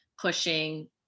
pushing